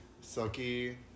Silky